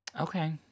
Okay